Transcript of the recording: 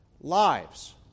lives